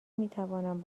میتوانم